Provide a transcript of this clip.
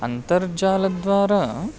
अन्तर्जालद्वारा